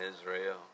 Israel